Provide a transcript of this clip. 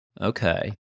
Okay